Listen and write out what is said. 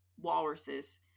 walruses